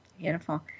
Beautiful